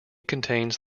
contains